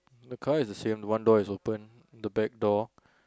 the car is the same one door is open the back door